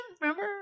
remember